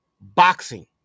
boxing